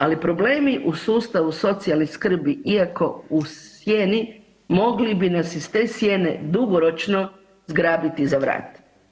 Ali problemi u sustavu socijalne skrbi iako u sjeni mogli bi nas iz te sjene dugoročno zgrabiti za vrat.